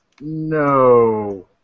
no